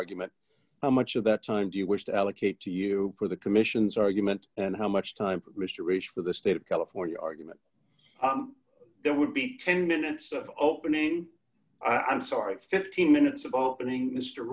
argument how much of that time do you wish to allocate to you for the commission's argument and how much time mr race for the state of california argument there would be ten minutes opening i'm sorry fifteen minutes of opening mr